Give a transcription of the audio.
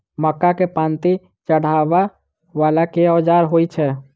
मक्का केँ पांति चढ़ाबा वला केँ औजार होइ छैय?